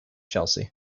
chelsea